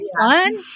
son